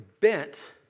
bent